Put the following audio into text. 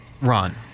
run